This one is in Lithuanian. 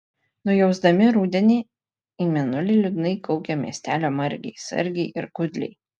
nujausdami rudenį į mėnulį liūdnai kaukė miestelio margiai sargiai ir kudliai